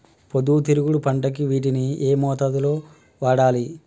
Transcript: పొద్దుతిరుగుడు పంటకి నీటిని ఏ మోతాదు లో వాడాలి?